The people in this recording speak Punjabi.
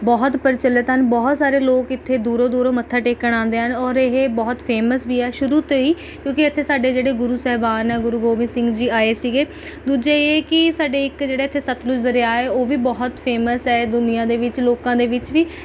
ਬਹੁਤ ਪ੍ਰਚਲਿਤ ਹਨ ਬਹੁਤ ਸਾਰੇ ਲੋਕ ਇੱਥੇ ਦੂਰੋਂ ਦੂਰੋਂ ਮੱਥਾ ਟੇਕਣ ਆਉਂਦੇ ਹਨ ਔਰ ਇਹ ਬਹੁਤ ਫ਼ੇਮਸ ਵੀ ਆ ਸ਼ੁਰੂ ਤੋਂ ਹੀ ਕਿਉਂਕਿ ਇੱਥੇ ਸਾਡੇ ਜਿਹੜੇ ਗੁਰੂ ਸਾਹਿਬਾਨ ਆ ਗੁਰੂ ਗੋਬਿੰਦ ਸਿੰਘ ਜੀ ਆਏ ਸੀਗੇ ਦੂਜਾ ਇਹ ਹੈ ਕਿ ਸਾਡੇ ਇੱਕ ਜਿਹੜਾ ਇੱਥੇ ਸਤਲੁਜ ਦਰਿਆ ਹੈ ਉਹ ਵੀ ਬਹੁਤ ਫ਼ੇਮਸ ਹੈ ਦੁਨੀਆ ਦੇ ਵਿੱਚ ਲੋਕਾਂ ਦੇ ਵਿੱਚ ਵੀ